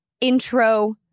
intro